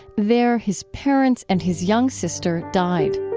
there, his parents and his young sister died.